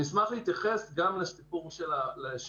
ברשותכם, אני אשמח להתייחס גם לסיפור המחיר